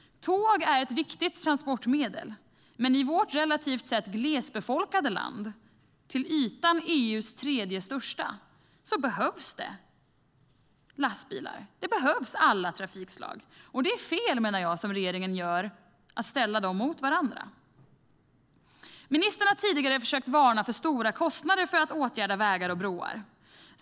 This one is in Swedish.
Tåg är ett viktigt transportmedel. Men i vårt relativt sett glesbefolkade land, till ytan EU:s tredje största, behövs lastbilar och alla trafikslag. Jag menar att det är fel att som regeringen gör ställa dem mot varandra. Ministern har tidigare försökt att varna för stora kostnader för att åtgärda vägar och broar.